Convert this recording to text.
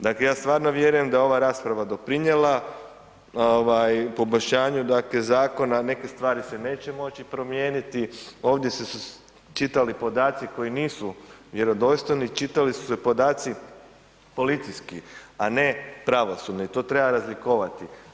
Dakle, ja stvarno vjerujem da je ova rasprava doprinjela ovaj poboljšanju dakle zakona, neke stvari se neće moći promijeniti, ovdje su se čitali podaci koji nisu vjerodostojni, čitali su se podaci policijski, a ne pravosudni, to treba razlikovati.